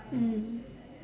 mm